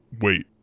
Wait